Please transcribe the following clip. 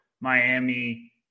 Miami